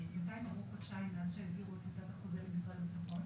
עברו חודשיים מאז שהעבירו את טיוטת החוזה למשרד הביטחון.